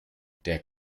der